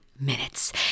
minutes